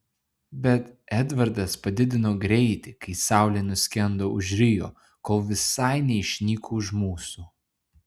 bet edvardas padidino greitį kai saulė nuskendo už rio kol visai neišnyko už mūsų